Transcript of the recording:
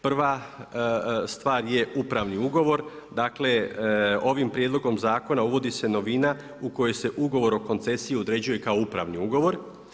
Prva stvar je upravni ugovor, dakle ovim prijedlogom zakona uvodi se novina u kojoj se ugovor o koncesiji određuje kao upravni ugovor.